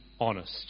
honest